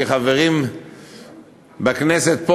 כחברים בכנסת,